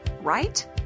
Right